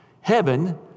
Heaven